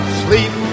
sleep